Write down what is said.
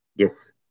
Yes